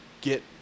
get